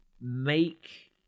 make